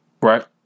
Right